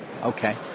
Okay